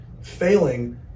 failing